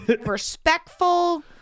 respectful